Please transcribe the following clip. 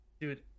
dude